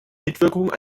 mitwirkung